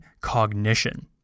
cognition